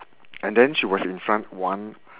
and then she was in front one